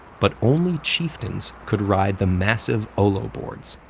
but only chieftains could ride the massive olo boards,